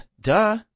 duh